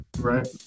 Right